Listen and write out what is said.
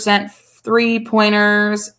three-pointers